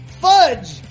fudge